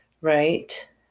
right